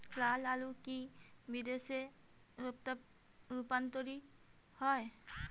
লালআলু কি বিদেশে রপ্তানি হয়?